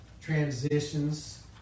transitions